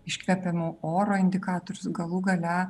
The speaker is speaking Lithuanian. iškvepiamo oro indikatorius galų gale